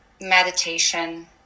meditation